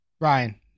Ryan